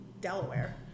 Delaware